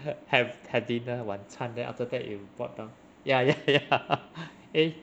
ha~ have have dinner 晚餐 then after that you board down ya ya ya eh